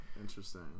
interesting